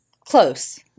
Close